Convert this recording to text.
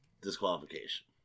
disqualification